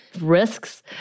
risks